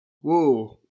whoa